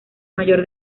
mayor